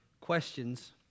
questions